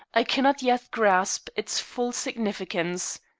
i cannot yet grasp its full significance.